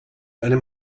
einem